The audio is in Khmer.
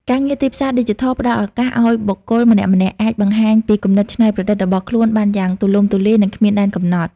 ការងារទីផ្សារឌីជីថលផ្តល់ឱកាសឱ្យបុគ្គលម្នាក់ៗអាចបង្ហាញពីគំនិតច្នៃប្រឌិតរបស់ខ្លួនបានយ៉ាងទូលំទូលាយ និងគ្មានដែនកំណត់។